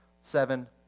Seven